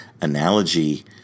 Analogy